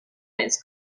his